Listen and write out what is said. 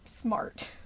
smart